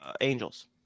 Angels